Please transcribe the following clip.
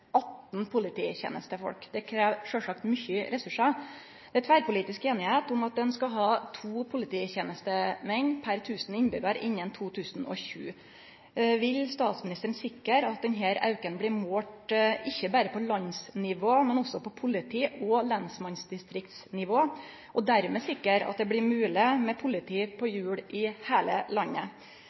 18 polititenestefolk. Det krev sjølvsagt mykje ressursar. Det er tverrpolitisk semje om at ein skal ha to polititenestemenn per tusen innbyggjarar innan 2020. Vil statsministeren sikre at denne auken blir målt ikkje berre på landsnivå, men også på politi- og lensmannsdistriktsnivå, og dermed sikre at det blir mogleg med politi på hjul i heile landet?